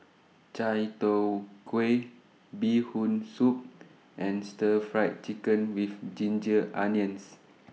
Chai Tow Kuay Bee Hoon Soup and Stir Fried Chicken with Ginger Onions